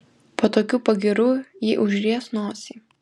po tokių pagyrų ji užries nosį